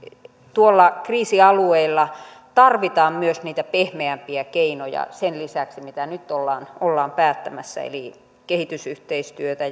tuolla kriisialueilla tarvitaan myös niitä pehmeämpiä keinoja sen lisäksi mitä nyt ollaan ollaan päättämässä kehitysyhteistyötä